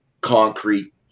concrete